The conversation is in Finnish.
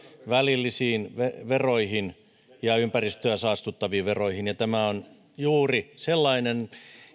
välillisiin veroihin ja ympäristöä saastuttavan toiminnan veroihin ja tämä on juuri sellainen